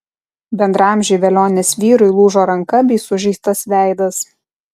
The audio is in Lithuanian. bendraamžiui velionės vyrui lūžo ranka bei sužeistas veidas